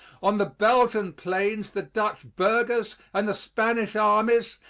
on the belgian plains the dutch burghers and the spanish armies,